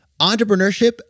Entrepreneurship